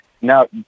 now